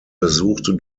besuchte